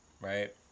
right